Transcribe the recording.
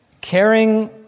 caring